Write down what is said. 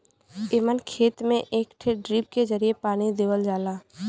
एमन खेत में एक ठे ड्रिप के जरिये पानी देवल जाला